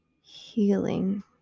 healing